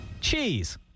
cheese